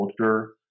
culture